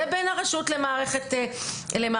זה בין הרשות למערכת החינוך,